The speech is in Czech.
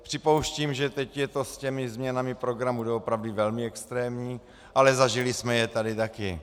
Připouštím, že teď je to se změnami programu doopravdy velmi extrémní, ale zažili jsme je tady také.